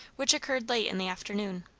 which occurred late in the afternoon.